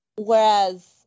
whereas